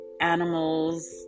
animals